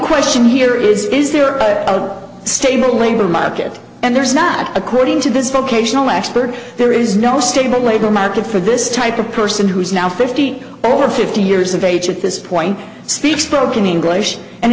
question here is is there a stable labor market and there's not according to this vocational expert there is no stable labor market for this type of person who is now fifty or fifty years of age at this point speaks broken english and